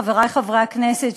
חברי חברי הכנסת,